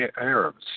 Arabs